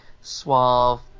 suave